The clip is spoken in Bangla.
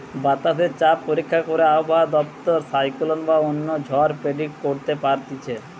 বাতাসে চাপ পরীক্ষা করে আবহাওয়া দপ্তর সাইক্লোন বা অন্য ঝড় প্রেডিক্ট করতে পারতিছে